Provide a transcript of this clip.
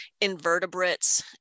invertebrates